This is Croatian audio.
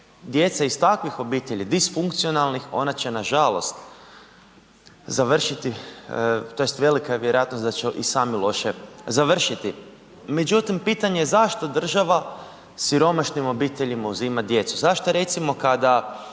djeca iz takvih obitelji disfunkcionalnih ona će nažalost završiti tj. velika je vjerojatnost da će i sami loše završiti. Međutim pitanje je zašto država siromašnim obiteljima uzima djecu? Zašto recimo kada